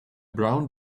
brown